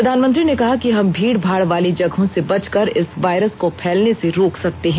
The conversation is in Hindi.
प्रधानमंत्री ने कहा कि हम भीड़ भाड़ वाली जगहों से बचकर इस वायरस को फैलने से रोक सकते हैं